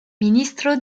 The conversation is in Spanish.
ministro